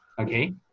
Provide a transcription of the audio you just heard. okay